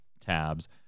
tabs